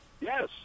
Yes